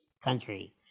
country